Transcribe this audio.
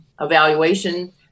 evaluation